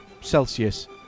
Celsius